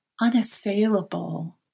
unassailable